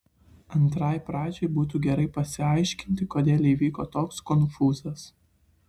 antrai pradžiai būtų gerai pasiaiškinti kodėl įvyko toks konfūzas